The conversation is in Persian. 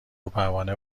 وپروانه